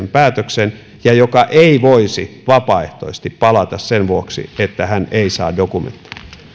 päätöksen ja joka ei voisi vapaaehtoisesti palata sen vuoksi että hän ei saa dokumenttia